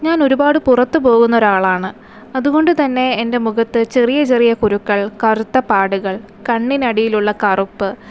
ഞാനൊരുപാട് പുറത്തു പോകുന്ന ഒരാളാണ് അതുകൊണ്ടു തന്നെ എൻ്റെ മുഖത്ത് ചെറിയ ചെറിയ കുരുക്കൾ കറുത്ത പാടുകൾ കണ്ണിനടിയിലുള്ള കറുപ്പ്